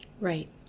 Right